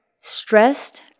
stressed